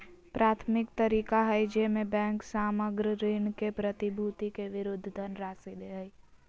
प्राथमिक तरीका हइ जेमे बैंक सामग्र ऋण के प्रतिभूति के विरुद्ध धनराशि दे हइ